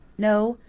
no,